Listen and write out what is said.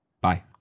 Bye